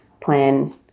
plan